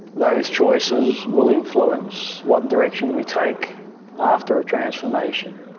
those choices will influence what direction we take after a transformation.